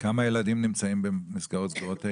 --- כמה ילדים נמצאים במסגרות סגורות האלה?